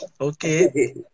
Okay